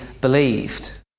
believed